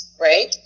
right